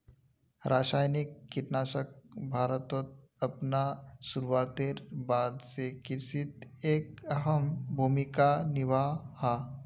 रासायनिक कीटनाशक भारतोत अपना शुरुआतेर बाद से कृषित एक अहम भूमिका निभा हा